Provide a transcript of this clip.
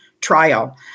trial